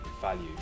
value